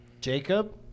Jacob